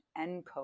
encode